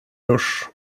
dusch